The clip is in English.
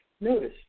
Notice